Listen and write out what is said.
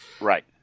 right